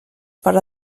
per